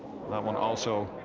that one also,